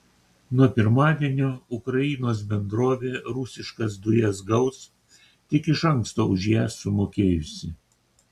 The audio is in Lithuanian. nuo pirmadienio ukrainos bendrovė rusiškas dujas gaus tik iš anksto už jas sumokėjusi